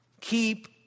keep